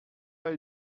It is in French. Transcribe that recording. pas